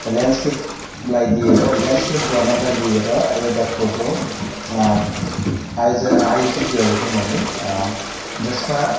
ल्यान्डस्केपलाई लिएर ल्यान्डस्केप जनरलाई लिएर एउटा फोटो आयोज आयोजित गरेको थिएँ मैले जसमा